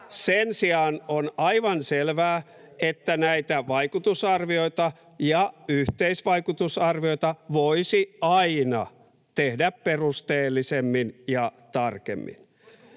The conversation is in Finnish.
Sen sijaan on aivan selvää, että näitä vaikutusarvioita ja yhteisvaikutusarvioita voisi aina tehdä perusteellisemmin ja tarkemmin.